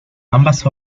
ambas